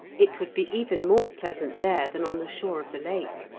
it would be even more pleasant there than on the shore of the lake.